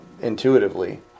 intuitively